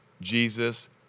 Jesus